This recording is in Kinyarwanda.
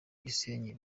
gisenyi